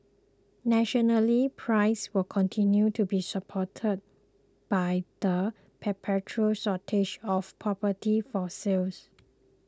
nationally prices will continue to be supported by the perpetual shortage of property for sale